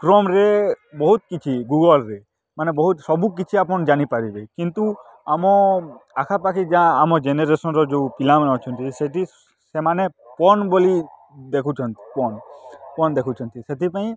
କ୍ରୋମ୍ରେ ବହୁତ କିଛି ଗୁଗଲ୍ରେ ମାନେ ବହୁତ ସବୁକିଛି ଆପଣ ଜାଣିପାରିବେ କିନ୍ତୁ ଆମ ଆଖପାଖି ଗାଁ ଆମ ଜେନେରେସନର ଯେଉଁ ପିଲାମାନେ ଅଛନ୍ତି ସେଠି ସେମାନେ ପର୍ଣ୍ଣ ବୋଲି ଦେଖୁଛନ୍ତି ପର୍ଣ୍ଣ ପର୍ଣ୍ଣ ଦେଖୁଛନ୍ତି ସେଥିପାଇଁ